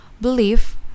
believe